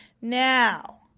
Now